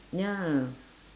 ya